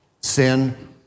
Sin